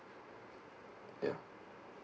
ya